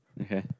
okay